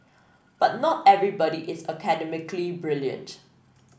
but not everybody is academically brilliant